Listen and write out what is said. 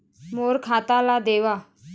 मोर खाता ला देवाव?